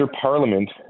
parliament